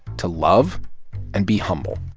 to love and be humble